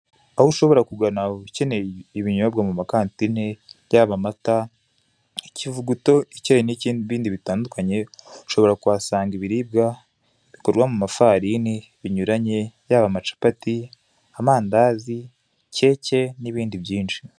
aho ushobora kugana ukeneye ibinyobwa mu ma kantine yaba amata, ikivuguto, icyayi nibindi bitandukanye ushobora kuhasanga ibiribwa bikorwa mu mafarini binyuranye yaba amacapati, amandazi, keke nibindi byinshi.